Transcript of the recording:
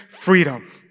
freedom